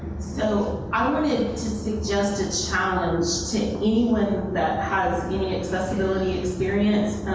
so i wanted to suggest a challenge to anyone that has accessibility experience.